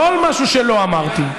לא על משהו שלא אמרתי.